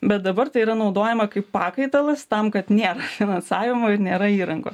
bet dabar tai yra naudojama kaip pakaitalas tam kad nėra finansavimo ir nėra įrangos